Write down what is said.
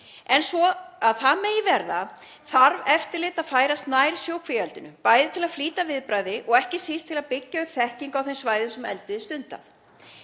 En svo að það megi verða þarf eftirlit að færast nær sjókvíaeldinu, bæði til að flýta viðbragði og ekki síst til að byggja upp þekkingu á þeim svæðum þar sem eldið er stundað.